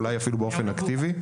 אולי אפילו באופן אקטיבי.